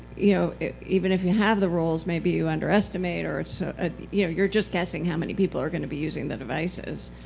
you know even if you have the roles, maybe you underestimate or so ah yeah you're just guessing how many people are going to be using the devices.